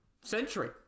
Century